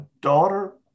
daughter